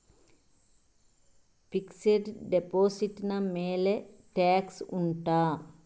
fixed deposit ನ ಮೇಲೆ tax ಉಂಟಾ